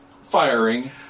firing